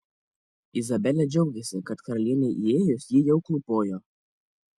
izabelė džiaugėsi kad karalienei įėjus ji jau klūpojo